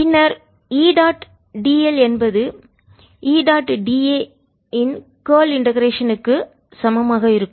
பின்னர் E dot d l என்பது E dot da இன் கார்ல் இண்டெகரேஷன் க்கு ஒருங்கிணைப்பு சுருட்க்கு சமமாக இருக்கும்